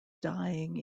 dying